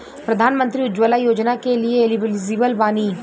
प्रधानमंत्री उज्जवला योजना के लिए एलिजिबल बानी?